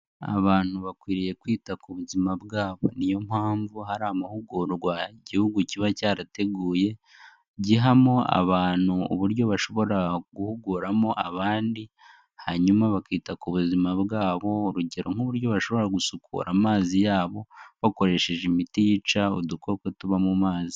Abantu bakwiriye kwita ku buzima bwabo, niyo mpamvu hari amahugurwa igihugu kiba cyarateguye gihamo abantu uburyo bashobora guhuguramo abandi, hanyuma bakita ku buzima bwabo, urugero nk'uburyo bashobora gusukura amazi yabo bakoresheje imiti yica udukoko tuba mu mazi.